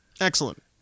Excellent